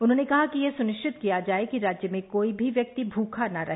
उन्होंने कहा कि यह सुनिश्चित किया जाए कि राज्य में कोई भी व्यक्ति भूखा न रहे